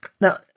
Now